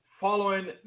following